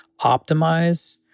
optimize